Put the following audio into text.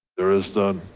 there is none.